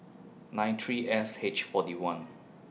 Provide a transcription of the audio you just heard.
nine three S H forty one